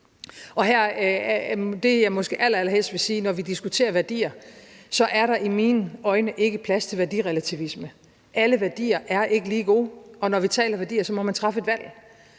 af piger. Det, jeg måske allerallerhelst vil sige, når vi diskuterer værdier, er, at der i mine øjne ikke er plads til værdirelativisme. Alle værdier er ikke lige gode, og når vi taler værdier, må man træffe et valg.